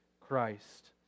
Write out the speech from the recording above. Christ